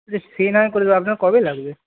সে না হয় করে আপনার কবে লাগবে